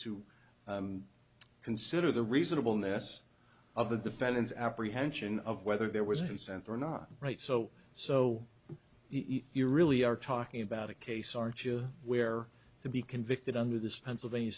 to consider the reasonable ness of the defendant's apprehension of whether there was consent or not right so so you really are talking about a case aren't you where to be convicted under this pennsylvania